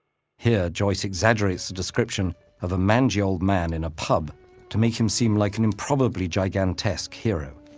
here, joyce exaggerates the description of a mangy old man in a pub to make him seem like an improbably gigantesque hero.